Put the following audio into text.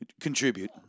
contribute